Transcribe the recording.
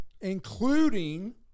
including